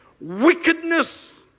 Wickedness